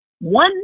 one